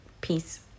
Peace